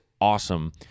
awesome